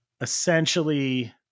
essentially